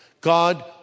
God